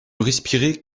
respirait